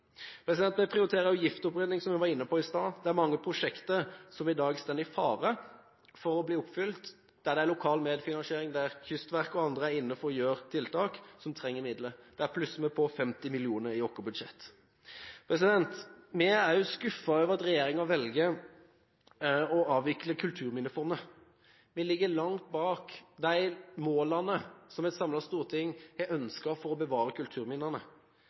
linje med den en har i Oslo, som fungerer godt. Vi vet at det å få utfaset oljefyr er et viktig virkemiddel. Det tilsvarer ca. 3 pst. av de totale norske utslippene – 1,6 millioner tonn CO2. Vi prioriterer også giftopprydding, som vi var inne på i stad. Det er mange prosjekter som i dag står i fare for ikke å bli oppfylt – der det er lokal medfinansiering og der Kystverket og andre er inne for å gjøre tiltak – som trenger midler. Der plusser vi på 50